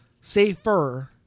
safer